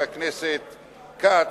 וגם הוא יגיע לוועדה של חבר הכנסת כץ,